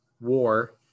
WAR